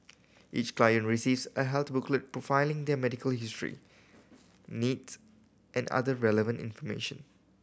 each client receives a health booklet profiling their medical history needs and other relevant information